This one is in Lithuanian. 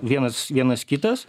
vienas vienas kitas